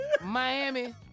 Miami